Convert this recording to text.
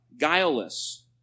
guileless